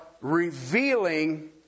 revealing